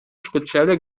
spezielle